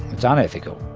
it's ah unethical.